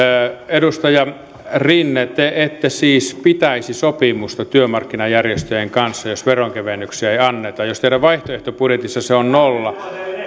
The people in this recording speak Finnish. edustaja rinne te ette siis pitäisi sopimusta työmarkkinajärjestöjen kanssa jos veronkevennyksiä ei anneta jos teidän vaihtoehtobudjetissanne se on nolla